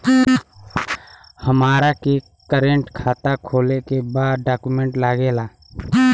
हमारा के करेंट खाता खोले के बा का डॉक्यूमेंट लागेला?